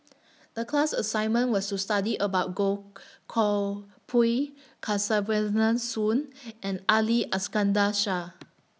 The class assignment was to study about Goh Koh Pui Soon and Ali Iskandar Shah